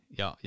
ja